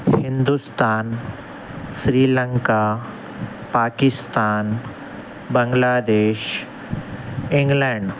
Hindustan Sri Lanka Pakistan Bangladesh England